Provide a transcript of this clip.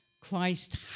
Christ